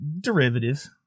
derivative